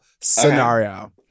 scenario